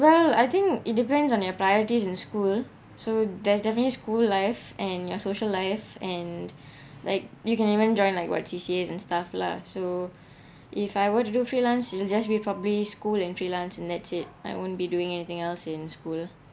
well I think it depends on your priorities in school so there's definitely school life and your social life and like you can even join like what C_C_A and stuff lah so if I were to do freelance it will just be probably school and freelance and that's it I won't be doing anything else in school